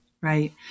right